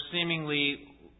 seemingly